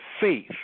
faith